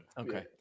Okay